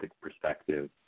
perspective